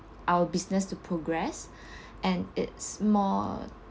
our business to progress and it's more